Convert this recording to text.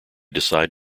decide